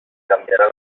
cambiará